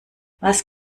was